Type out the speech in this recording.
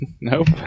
Nope